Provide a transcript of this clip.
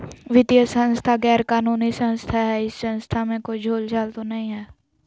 वित्तीय संस्था गैर कानूनी संस्था है इस संस्था में कोई झोलझाल तो नहीं है?